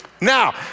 Now